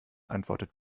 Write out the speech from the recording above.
antwortet